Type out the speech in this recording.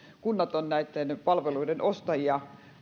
kunnat ovat useimmiten näitten palveluiden ostajia